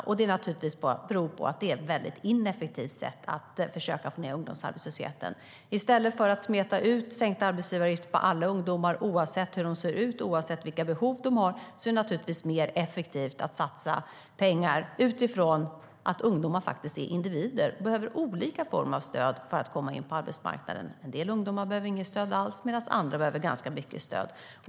Det beror naturligtvis på att det är ett väldigt ineffektivt sätt att få ned ungdomsarbetslösheten i stället för att smeta ut sänkta arbetsgivaravgifter på alla ungdomar. Oavsett ålder och behov är det naturligtvis mer effektivt att satsa pengar utifrån att ungdomar är individer. De behöver olika form av stöd för att komma in på arbetsmarknaden. En del ungdomar behöver inget stöd alls medan andra behöver ganska mycket stöd.